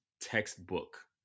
textbook